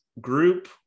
group